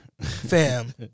Fam